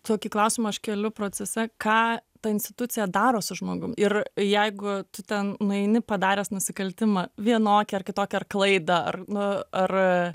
tokį klausimą aš keliu procese ką ta institucija daro su žmogum ir jeigu tu ten nueini padaręs nusikaltimą vienokį ar kitokį ar klaidą ar nu ar